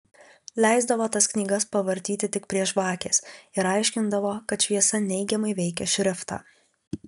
leisdavo tas knygas pavartyti tik prie žvakės ir aiškindavo kad šviesa neigiamai veikia šriftą